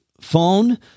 phone